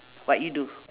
what you do